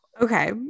Okay